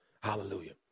Hallelujah